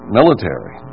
military